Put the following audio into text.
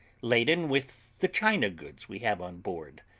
laden with the china goods we have on board,